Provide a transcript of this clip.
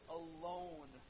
alone